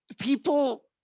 people